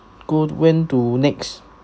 got went to next